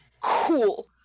cool